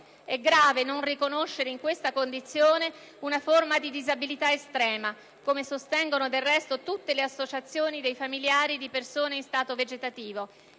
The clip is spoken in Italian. È grave non riconoscere in questa condizione una forma di disabilità estrema, come sostengono del resto tutte le associazioni dei familiari di persone in stato vegetativo.